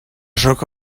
sóc